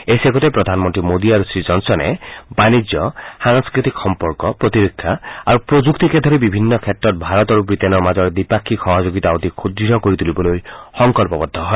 এই চেগতে প্ৰধানমন্ত্ৰী মোদী আৰু শ্ৰী জনছনে বাণিজ্যসাংস্কৃতিক সম্পৰ্কপ্ৰতিৰক্ষা আৰু প্ৰযুক্তিকে ধৰি বিভিন্ন ক্ষেত্ৰত ভাৰত আৰু ৱিটেইনৰ মাজৰ দ্বিপাক্ষিক সহযোগিতা অধিক সুদ্ঢ় কৰি তুলিবলৈ সংকল্পবদ্ধ হয়